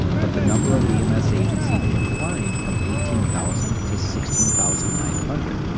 but the number of ems agencies declined from eighteen thousand to sixteen thousand nine hundred.